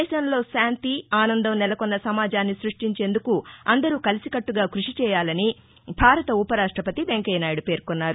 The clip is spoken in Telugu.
దేశంలో శాంతి ఆనందం నెలకొన్న సమాజాన్ని సృష్టించేందుకు అందరూ కలిసికట్టగా కృషి చేయాలని భారత ఉప రాష్టపతి వెంకయ్య నాయుడు పేర్కొన్నారు